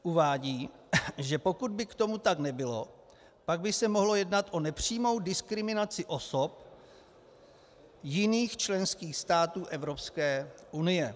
Uvádí, že pokud by tomu tak nebylo, pak by se mohlo jednat o nepřímou diskriminaci osob jiných členských států Evropské unie.